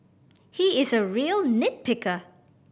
he is a real nit picker